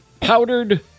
Powdered